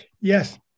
Yes